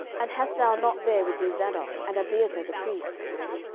and hast thou not there with thee zadok and abiathar the priests?